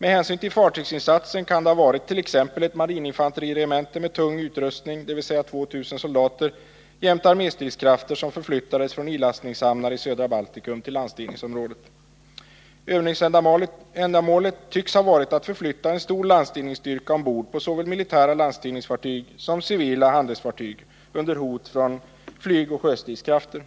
Med hänsyn till fartygsinsatsen kan det ha varit t.ex. ett marininfanteriregemente med tung utrustning, dvs. ca 2 000 soldater, jämte arméstridskrafter som förflyttades från ilastningshamnar i södra Baltikum till landstigningsområdet. Övningsändamålet tycks ha varit att förflytta en stor landstigningsstyrka ombord på såväl militära landstigningsfartyg som civila handelsfartyg, under hot från flygoch sjöstridskrafter.